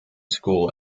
school